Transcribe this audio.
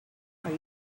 are